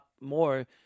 more